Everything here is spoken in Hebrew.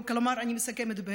אני מסכמת,